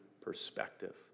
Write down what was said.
perspective